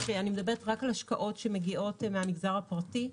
אני מדברת רק על השקעות שמגיעות מן המגזר הפרטי,